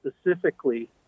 specifically